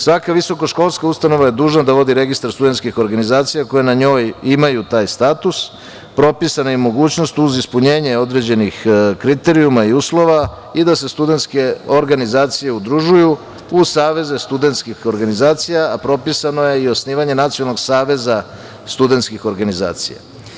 Svaka visokoškolska ustanova je dužna da vodi registar studentskih organizacija koje na njoj imaju taj status, propisana je i mogućnost uz ispunjenje određenih kriterijuma i uslova i da se studentske organizacije udružuju u saveze studentskih organizacija, a propisano je i osnivanje nacionalnog saveza studentskih organizacija.